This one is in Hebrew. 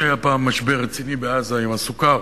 שהיה פעם משבר רציני בעזה עם הסוכר?